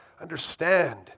understand